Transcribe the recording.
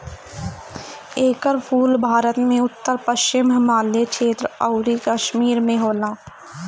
एकर फूल भारत में उत्तर पश्चिम हिमालय क्षेत्र अउरी कश्मीर में होला